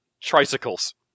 Tricycles